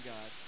God